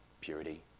purity